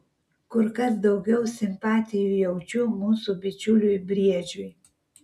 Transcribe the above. kur kas daugiau simpatijų jaučiu mūsų bičiuliui briedžiui